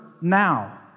now